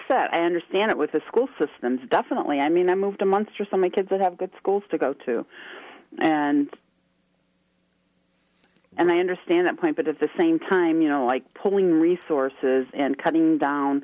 said i understand it with the school systems definitely i mean i moved a monstrous on my kids that have good schools to go to and and i understand that point but at the same time you know like pulling resources and cutting down